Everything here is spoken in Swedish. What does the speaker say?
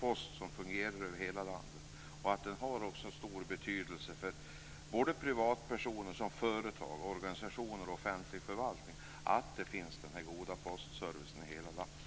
post som fungerar över hela landet och att det också har stor betydelse för privatpersoner, företag, organisationer och offentlig förvaltning att denna goda postservice finns i hela landet.